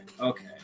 Okay